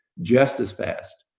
just as fast.